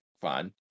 fine